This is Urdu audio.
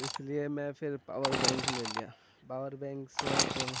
اس لیے میں پھر پاور بینک لے لیا پاور بینک سے اب